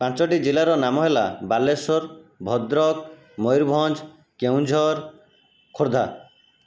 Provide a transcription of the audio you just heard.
ପାଞ୍ଚଟି ଜିଲ୍ଲାର ନାମ ହେଲା ବାଲେଶ୍ୱର ଭଦ୍ରକ ମୟୁରଭଞ୍ଜ କେଉଁଝର ଖୋର୍ଦ୍ଧା